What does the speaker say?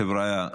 חבריא,